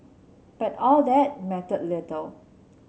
but all that mattered little